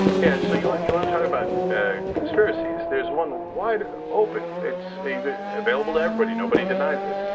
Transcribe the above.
yeah so you want you want to talk about conspiracies. there's one wide open, it's available to everybody. nobody denies it,